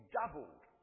doubled